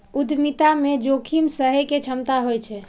उद्यमिता मे जोखिम सहय के क्षमता होइ छै